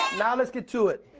now let's get to it.